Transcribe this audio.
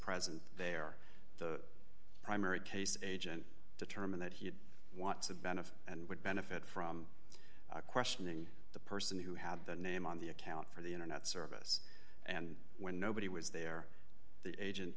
present there the primary case agent determined that he'd want to benefit and would benefit from questioning the person who had the name on the account for the internet service and when nobody was there the agent